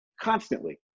constantly